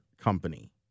Company